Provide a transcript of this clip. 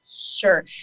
Sure